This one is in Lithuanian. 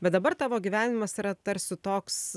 bet dabar tavo gyvenimas yra tarsi toks